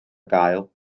gael